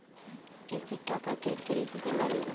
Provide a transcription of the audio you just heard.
কিস্তির টাকা কেঙ্গকরি দিবার নাগীবে?